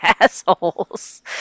assholes